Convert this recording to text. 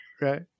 Right